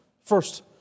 First